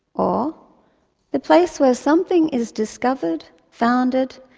or the place where something is discovered, founded,